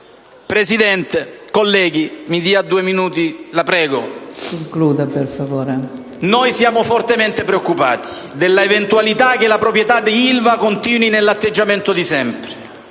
Presidente, colleghi, noi siamo fortemente preoccupati della eventualità che la proprietà di Ilva continui nell'atteggiamento di sempre: